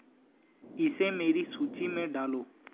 इसे मेरी सूची में डालो